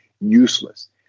useless